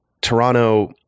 Toronto